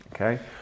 Okay